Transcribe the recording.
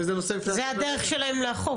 זה הדרך שלהם לאכוף.